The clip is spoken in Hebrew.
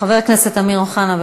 חבר הכנסת אמיר אוחנה,